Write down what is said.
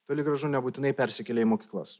toli gražu nebūtinai persikelia į mokyklas